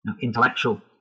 intellectual